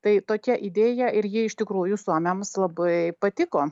tai tokia idėja ir ji iš tikrųjų suomiams labai patiko